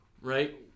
right